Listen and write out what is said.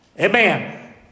Amen